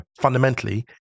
fundamentally